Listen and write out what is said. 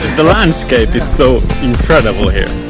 the landscape is so incredible here!